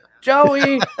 Joey